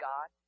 God